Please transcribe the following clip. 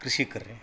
ಕೃಷಿಕರೆ